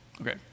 Okay